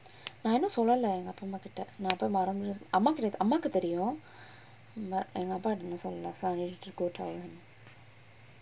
நா இன்னும் சொல்லல அப்பா அம்மா கிட்ட நா போய் மறந்து அம்மா கிட் அம்மாக்கு தெரியும்:naa innum sollala appa amma kitta naa poi maranthu amma kit ammakku theriyum but எங்க அப்பாட்ட இன்னும் சொல்லல:enga appaatta innum sollala